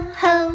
ho